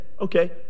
Okay